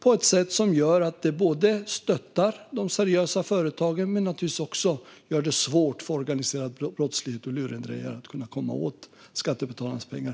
Vi vill ju både stötta seriösa företag och försvåra för organiserad brottslighet och lurendrejare att komma åt skattebetalarnas pengar.